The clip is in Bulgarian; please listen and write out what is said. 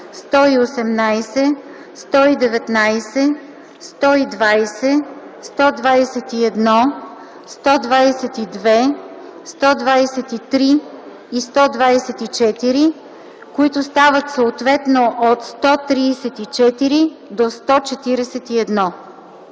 118, 119, 120, 121, 122, 123 и 124, които стават съответно параграфи от 134 до 141.